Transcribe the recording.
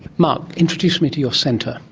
mark, introduce me to your centre.